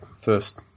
first